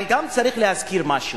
אבל גם צריך להזכיר משהו.